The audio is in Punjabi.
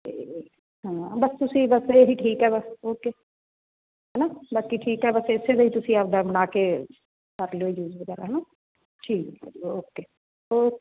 ਅਤੇ ਹਾਂ ਬਸ ਤੁਸੀਂ ਬਸ ਇਹ ਹੀ ਠੀਕ ਹੈ ਬਸ ਓਕੇ ਹੈ ਨਾ ਬਾਕੀ ਠੀਕ ਆ ਬਸ ਇਸ ਲਈ ਤੁਸੀਂ ਆਪਣਾ ਬਣਾ ਕੇ ਰੱਖ ਲਿਓ ਯੂਸ ਵਗੈਰਾ ਹੈ ਨਾ ਠੀਕ ਹੈ ਜੀ ਓਕੇ ਓਕੇ